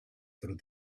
through